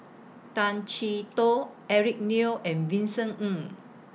Tay Chee Toh Eric Neo and Vincent Ng